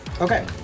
Okay